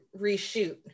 reshoot